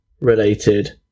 related